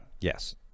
Yes